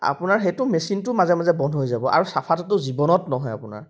আপোনাৰ সেইটো মেচিনটো মাজে মাজে বন্ধ হৈ যাব আৰু চাফাটোতো জীৱনত নহয় আপোনাৰ